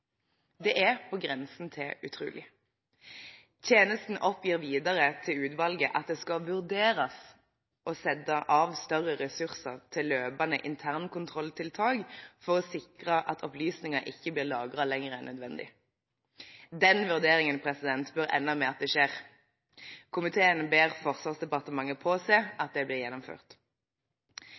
Det er på grensen til utrolig. Tjenesten oppgir videre til utvalget at det skal vurderes å sette av større ressurser til løpende internkontrolltiltak for å sikre at opplysninger ikke blir lagret lenger enn nødvendig. Den vurderingen bør ende med at det skjer. Komiteen ber Forsvarsdepartementet påse at det blir gjennomført.